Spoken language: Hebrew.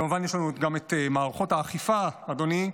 כמובן, יש לנו גם את מערכות האכיפה, אדוני,